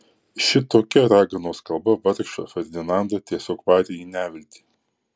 šitokia raganos kalba vargšą ferdinandą tiesiog varė į neviltį